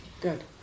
Good